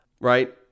right